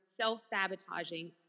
self-sabotaging